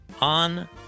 on